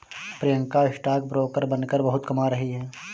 Priyanka stock broker बनकर बहुत कमा रही है